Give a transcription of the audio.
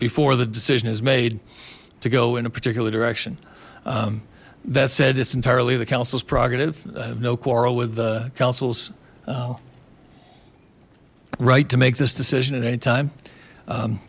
before the decision is made to go in a particular direction that said it's entirely the council's prerogative no quarrel with the council's right to make this decision at any time